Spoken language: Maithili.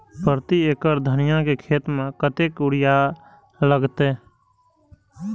प्रति एकड़ धनिया के खेत में कतेक यूरिया लगते?